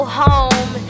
home